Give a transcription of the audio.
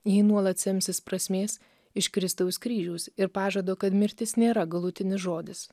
ji nuolat semsis prasmės iš kristaus kryžiaus ir pažadu kad mirtis nėra galutinis žodis